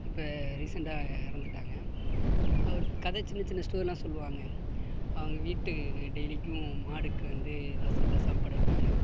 இப்போ ரீசண்ட்டாக இறந்துட்டாங்க அவரு கதை சின்ன சின்ன ஸ்டோரியெலாம் சொல்லுவாங்க அவங்க வீட்டு டெய்லிக்கும் மாடுக்கு வந்து வாசலில் சாப்பாடு வைப்பாங்க